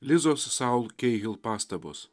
lizos saul keihl pastabos